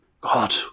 god